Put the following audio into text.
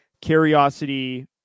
curiosity